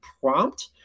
prompt